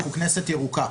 אנחנו כנסת ירוקה.